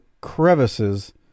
crevices